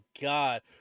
God